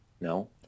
no